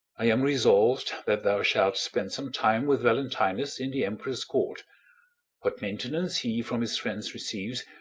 i am resolv'd that thou shalt spend some time with valentinus in the emperor's court what maintenance he from his friends receives,